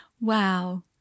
Wow